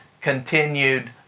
continued